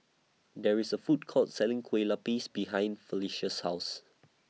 There IS A Food Court Selling Kueh Lupis behind Felisha's House